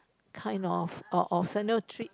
kind of or of treat